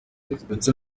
ndetse